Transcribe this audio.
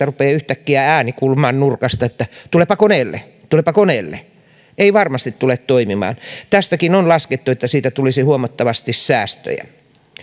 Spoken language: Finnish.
rupeaa yhtäkkiä ääni kuulumaan nurkasta että tulepa koneelle tulepa koneelle ei varmasti tule toimimaan tästäkin on laskettu että siitä tulisi huomattavasti säästöjä